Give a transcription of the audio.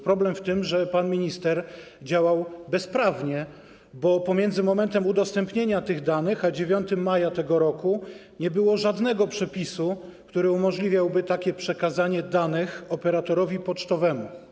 Problem w tym, że pan minister działał bezprawnie, bo pomiędzy momentem udostępnienia tych danych a 9 maja tego roku nie było żadnego przepisu, który umożliwiałby takie przekazanie danych operatorowi pocztowemu.